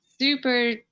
super